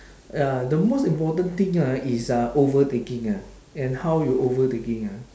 ya the most important thing ah is uh overtaking ah and how you overtaking ah